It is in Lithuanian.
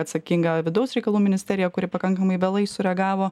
atsakinga vidaus reikalų ministerija kuri pakankamai vėlai sureagavo